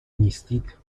نیستید